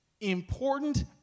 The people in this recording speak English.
important